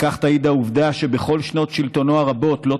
על כך תעיד העובדה שבכל שנות שלטונו הרבות הוא לא